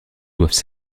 doivent